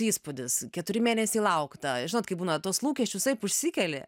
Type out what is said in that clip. įspūdis keturi mėnesiai laukta žinot kai būna tuos lūkesčius taip užsikeli